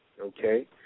Okay